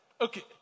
Okay